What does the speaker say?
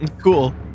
Cool